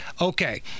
okay